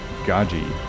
Gaji